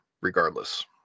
regardless